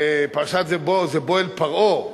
זה "בא אל פרעה",